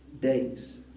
days